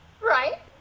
Right